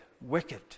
wicked